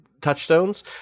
touchstones